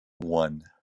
one